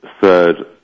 third